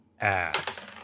ass